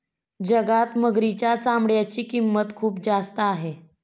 जगात मगरीच्या चामड्याची किंमत खूप जास्त आहे